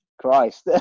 Christ